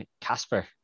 Casper